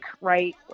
right